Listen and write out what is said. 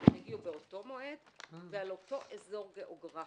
שהגיעו באותו מועד ועל אותו אזור גיאוגרפי.